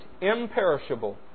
imperishable